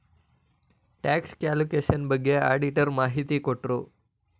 tax calculation ಬಗ್ಗೆ auditor ಮಾಹಿತಿ ಕೊಟ್ರು